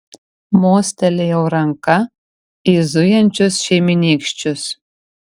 mostelėjau ranka į zujančius šeimynykščius